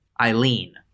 eileen